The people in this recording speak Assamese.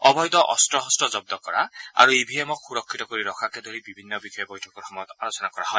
অবৈধ অস্ত শস্ত্ৰ জব্দ কৰা আৰু ই ভি এমক সুৰক্ষিত কৰি ৰখাকে ধৰি বিভিন্ন বিষয়ে বৈঠকৰ সময়ত আলোচনা কৰা হয়